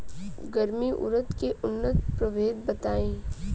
गर्मा उरद के उन्नत प्रभेद बताई?